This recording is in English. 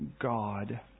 God